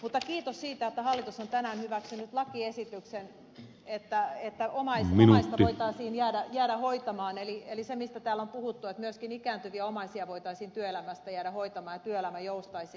mutta kiitos siitä että hallitus on tänään hyväksynyt lakiesityksen että omaista voitaisiin jäädä hoitamaan eli sen mistä täällä on puhuttu että myöskin ikääntyviä omaisia voitaisiin työelämästä jäädä hoitamaan ja työelämä joustaisi